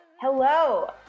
Hello